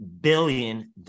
billion